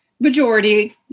majority